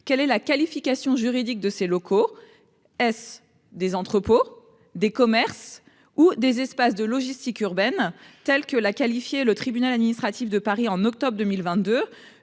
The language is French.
quelle est la qualification juridique de ses locaux. Est-ce des entrepôts, des commerces ou des espaces de logistique urbaine telle que l'a qualifié le tribunal administratif de Paris en octobre 2022,